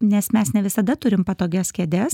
nes mes ne visada turim patogias kėdes